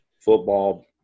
Football